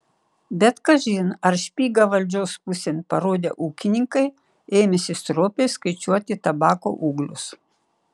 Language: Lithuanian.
bet kažin ar špygą valdžios pusėn parodę ūkininkai ėmėsi stropiai skaičiuoti tabako ūglius